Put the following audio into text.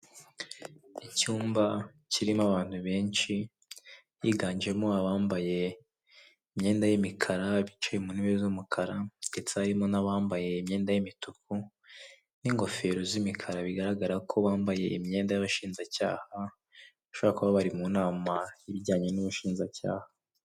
Icyumba kirimo abantu benshi biganjemo abambaye imyenda y'imikara bicaye mu ntebe z'umukara ndetse harimo n'abambaye imyenda y'imituku n'ingofero z'imikara bigaragara ko bambaye imyenda y'abashinjacyaha, bashobora kuba ko bari mu nama y'ibijyanye n'inshinjacyaha.